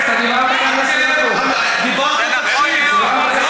חבר הכנסת כהן, דיברת עשר דקות.